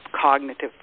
cognitive